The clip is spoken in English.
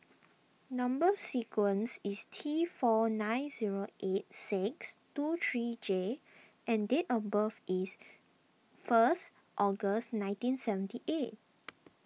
Number Sequence is T four nine zero eight six two three J and date of birth is first August nineteen seventy eight